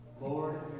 Lord